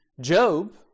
Job